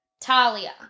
Talia